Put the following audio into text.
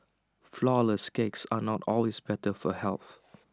Flourless Cakes are not always better for health